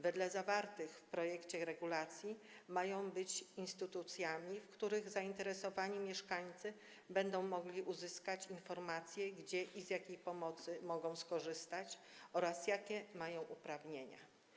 Wedle zawartych w projekcie regulacji mają być instytucjami, w których zainteresowani mieszkańcy będą mogli uzyskać informacje, gdzie i z jakiej pomocy mogą skorzystać oraz jakie mają uprawnienia.